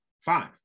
Five